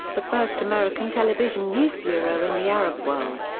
the first american television news bureau in the arab world.